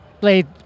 played